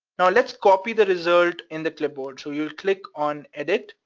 now let's copy the result in the clipboard. so you'll click on edit,